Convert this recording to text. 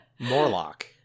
Morlock